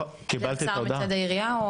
נעצר מצד העירייה?